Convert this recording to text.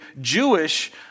Jewish